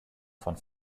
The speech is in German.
von